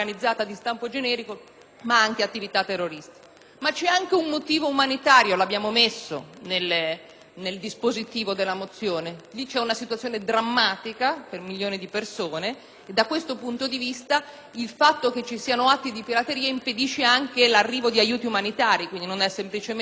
Vi è anche un motivo umanitario, che abbiamo inserito nel dispositivo della mozione. In quel Paese la situazione è drammatica per milioni di persone e, da questo punto di vista, il fatto che ci siano atti di pirateria impedisce anche l'arrivo di aiuti umanitari. Quindi, non è semplicemente un problema che riguarda il mondo altro rispetto alla Somalia.